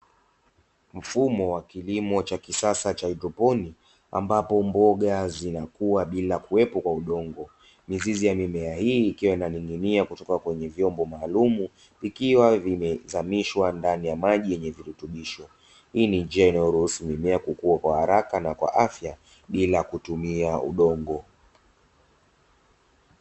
Mfumo wa kilimo cha kisasa cha haidroponi ambapo mboga zinakua pasipo kutumia udongo, mizizi ya mimea ikiwa inaning’inia kutoka kwenye vyombo maalumu vikiwa vimezamishwa ndani ya maji yenye virutubisho, hii ni njia inayoruhusu mimea kukua haraka na kwa afya bila kutumia udongo.